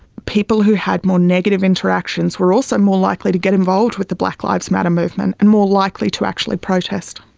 people who had more negative interactions were also more likely to get involved with the black lives matter movement and more likely to actually protest.